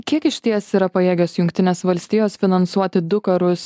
kiek išties yra pajėgios jungtinės valstijos finansuoti du karus